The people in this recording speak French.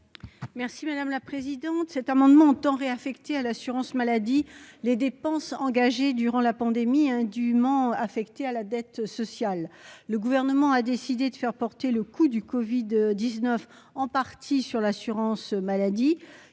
Mme Laurence Cohen. Cet amendement tend à réaffecter à l'assurance maladie les dépenses engagées durant la pandémie et indûment affectées à la dette sociale. Le Gouvernement a décidé de faire porter en partie le coût du covid sur l'assurance maladie.